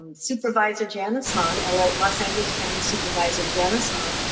supervisor janice hahn, la los angeles county supervisor, janice hahn,